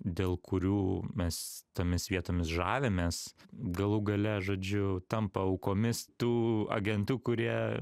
dėl kurių mes tomis vietomis žavimės galų gale žodžiu tampa aukomis tų agentų kurie